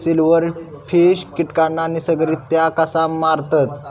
Silverfish कीटकांना नैसर्गिकरित्या कसा मारतत?